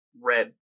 red